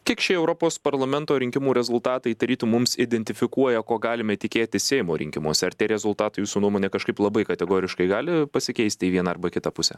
kiek šie europos parlamento rinkimų rezultatai tarytum mums identifikuoja ko galime tikėtis seimo rinkimuose ar tie rezultatai jūsų nuomone kažkaip labai kategoriškai gali pasikeisti į vieną arba kitą pusę